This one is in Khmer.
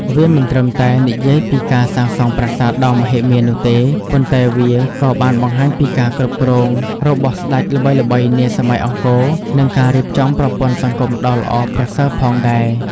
វាមិនត្រឹមតែនិយាយពីការសាងសង់ប្រាសាទដ៏មហិមានោះទេ ប៉ុន្តែវាក៏បានបង្ហាញពីការគ្រប់គ្រងរបស់ស្ដេចល្បីៗនាសម័យអង្គរ និងការរៀបចំប្រព័ន្ធសង្គមដ៏ល្អប្រសើរផងដែរ។